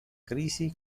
crisi